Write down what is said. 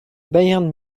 bayern